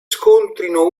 scontrino